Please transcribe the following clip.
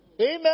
Amen